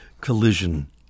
collision